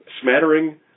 smattering